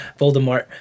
Voldemort